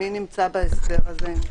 מי נמצא בהסדר הזה?